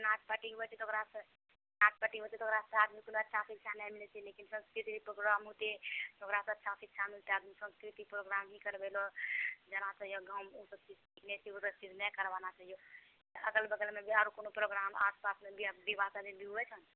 नाँच पार्टी होइत छै तऽ ओकरासँ नाँच पार्टी होइत छै तऽ ओकरासँ आदमीके कोनो अच्छा शिक्षा नहि मिलैत छै लेकिन सांस्कृतिक प्रोग्राम होतै तऽ ओकरासँ अच्छा शिक्षा मिलतै आदमी सांस्कृतिक प्रोग्राम ही करबैलऽ जेना गाममे ओ सब चीज नहि करवाना चाहिए अगल बगलमे आओर कोनो प्रोग्राम आसपासमे विवाह शादी भी होइ ने